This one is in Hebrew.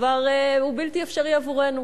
הוא כבר בלתי אפשרי עבורנו,